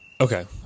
Okay